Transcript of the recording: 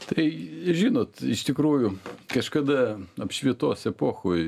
tai žinot iš tikrųjų kažkada apšvietos epochoj